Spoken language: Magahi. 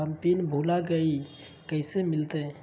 हम पिन भूला गई, कैसे मिलते?